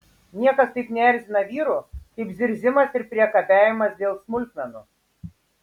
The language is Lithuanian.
niekas taip neerzina vyrų kaip zirzimas ir priekabiavimas dėl smulkmenų